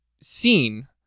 seen